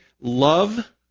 love